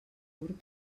obscur